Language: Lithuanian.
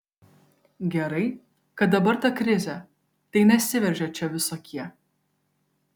gerai kad dabar ta krizė tai nesiveržia čia visokie